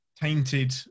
tainted